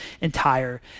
entire